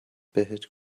بهت